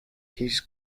hears